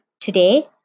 Today